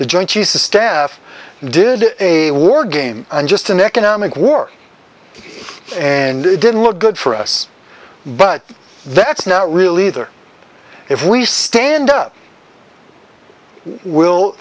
the joint chiefs of staff did a war game and just an economic war and it didn't look good for us but that's not really there if we stand up w